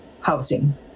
housing